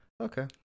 Okay